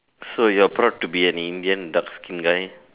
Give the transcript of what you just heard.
so you're proud to be an Indian dark skinned guy